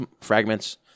fragments